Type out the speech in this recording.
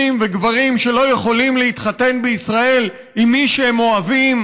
וגברים שלא יכולים להתחתן בישראל עם מי שהם אוהבים